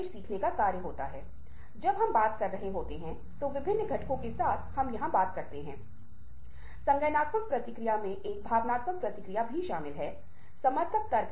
बोलना भी महत्वपूर्ण है हम अगले सत्र में बोलने के बारे में बात करेंगे लेकिन इससे पहले कि हम बोलें हमारा मौन रहना भी बहुत महत्वपूर्ण है